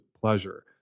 pleasure